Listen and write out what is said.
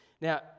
Now